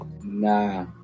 Nah